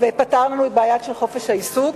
ופתרנו את בעיית חופש העיסוק.